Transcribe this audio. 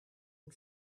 een